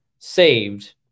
saved